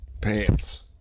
pants